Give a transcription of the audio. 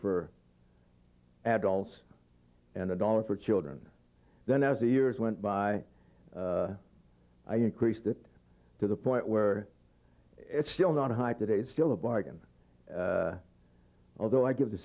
for adults and a dollar for children then as the years went by i increased it to the point where it's still not high today it's still a bargain although i give the